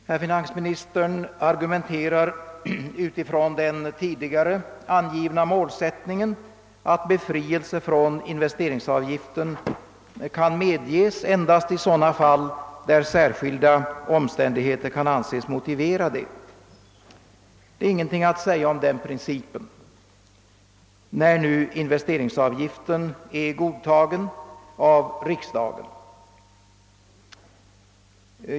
Herr finansministern argumenterar utifrån den tidigare angivna målsättningen, att befrielse från investerings avgiften kan medges endast i sådana fall där särskilda omständigheter anses motivera det. Det är ingenting att säga om den principen, när nu investeringsavgiften är godtagen av riksdagen.